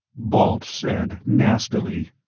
balt said nastily,